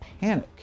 panic